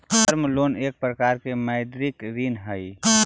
term loan एक प्रकार के मौदृक ऋण हई